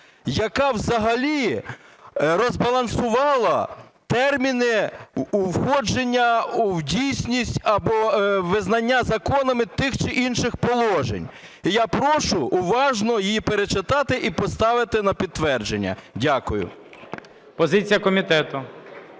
яка взагалі розбалансувала терміни входження в дійсність або визнання законами тих чи інших положень. І я прошу уважно її перечитати і поставити на підтвердження. Дякую.